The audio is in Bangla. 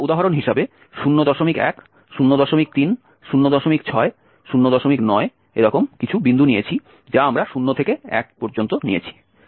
তাই আমরা উদাহরণ হিসাবে 01 03 06 09 কিছু বিন্দু নিয়েছি যা আমরা 0 থেকে 1 পর্যন্ত নিয়েছি